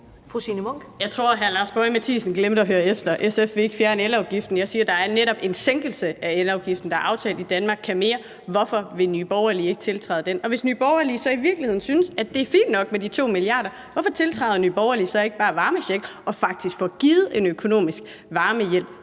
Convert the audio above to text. Jeg tror, at hr. Lars Boje Mathiesen glemte at høre efter. SF vil ikke fjerne elafgiften. Jeg siger, at der netop er en sænkelse af elafgiften, som er aftalt i »Danmark kan mere«. Hvorfor vil Nye Borgerlige ikke tiltræde den? Og hvis Nye Borgerlige så i virkeligheden synes, at det er fint nok med de 2 mia. kr., hvorfor tiltræder Nye Borgerlige så ikke bare varmechecken og faktisk får givet en økonomisk varmehjælp